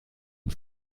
ums